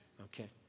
Okay